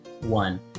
one